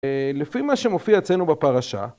לפי מה שמופיע אצלנו בפרשה